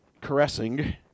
caressing